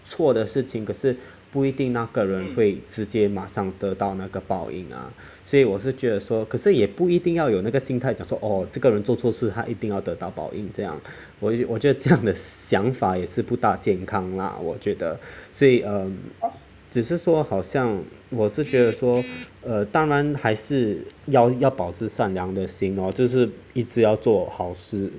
错的事情可是不一定那个人会直接马上得到那个报应啊所以我是觉得说可是也不一定要有那个心态叫做哦这个人做错事他一定要得到报应这样我我觉得这样的想法也是不大健康啦我觉得所以 um 只是说好像我是觉得说 err 当然还是要要保持善良的心 lor 就是一直要做好事